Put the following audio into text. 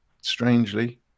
Strangely